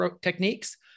techniques